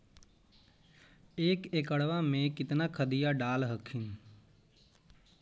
एक एकड़बा मे कितना खदिया डाल हखिन?